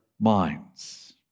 minds